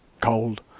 cold